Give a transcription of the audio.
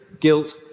guilt